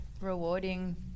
rewarding